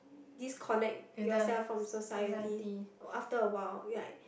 disconnect yourself from society or after a while like